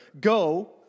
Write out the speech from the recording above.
Go